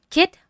Kit